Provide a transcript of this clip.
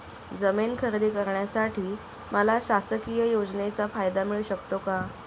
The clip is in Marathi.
जमीन खरेदी करण्यासाठी मला शासकीय योजनेचा फायदा मिळू शकतो का?